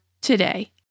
today